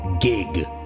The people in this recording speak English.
Gig